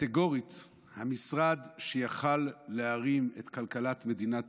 קטגורית המשרד שהיה יכול להרים את כלכלת מדינת